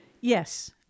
Yes